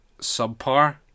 subpar